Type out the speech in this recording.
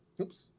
Oops